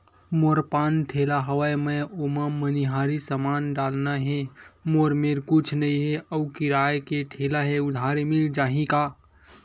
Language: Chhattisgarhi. मोर पान ठेला हवय मैं ओमा मनिहारी समान डालना हे मोर मेर कुछ नई हे आऊ किराए के ठेला हे उधारी मिल जहीं का?